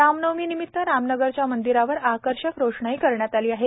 रामनवमी निमित्त रामनगरच्या मंदिरावर आकर्षक रोषणाई करण्यात आली आहे